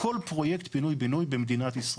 כל פרויקט פינוי בינוי במדינת ישראל.